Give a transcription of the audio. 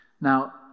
Now